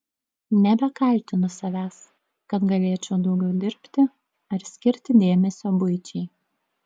nebekaltinu savęs kad galėčiau daugiau dirbti ar skirti dėmesio buičiai